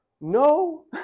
No